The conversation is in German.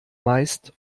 meist